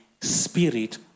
Spirit